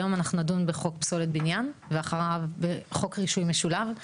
היום אנחנו נדון בחוק פסולת בניין ואחריו בחוק רישוי משולב.